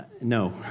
No